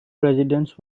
residence